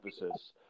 emphasis